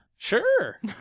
Sure